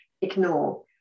ignore